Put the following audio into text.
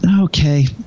Okay